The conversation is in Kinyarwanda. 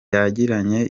yagiranye